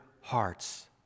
hearts